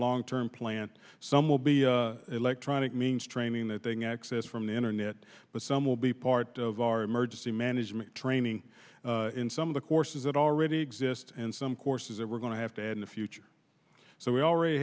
long term plan some will be electronic means training that thing access from the internet but some will be part of our emergency management training in some of the courses that already exist and some courses that we're going to have to add in the future so we already